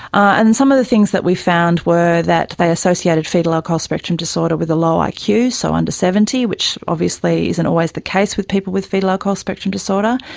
and some of the things that we found were that they associated foetal alcohol spectrum disorder with a low ah iq, so under seventy, which obviously isn't always the case with people with foetal alcohol spectrum disorder.